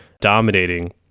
dominating